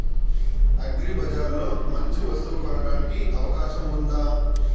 అగ్రిబజార్ లో మంచి వస్తువు కొనడానికి అవకాశం వుందా?